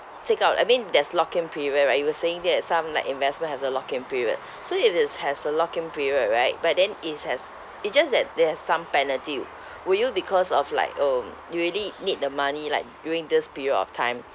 take out I mean there's lock in period right you were saying that that some like investment have the lock in period so if it's has a lock in period right but then it has it just that there's some penalty will you because of like um you really need the money like during this period of time